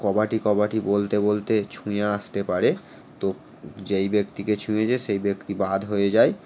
কবাডি কবাডি বলতে বলতে ছুঁয়ে আসতে পারে তো যেই ব্যক্তিকে ছুঁয়েছে সেই ব্যক্তি বাদ হয়ে যায়